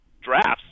drafts